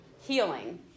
Healing